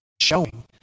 showing